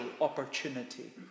opportunity